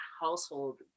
household